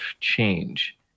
change